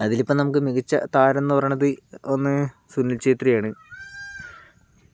അതിലിപ്പോൾ നമുക്ക് മികച്ച താരമെന്ന് പറയുന്നത് ഒന്ന് സുനിൽ ഛേത്രിയാണ്